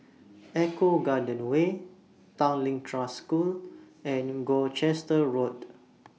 Eco Garden Way Tanglin Trust School and Gloucester Road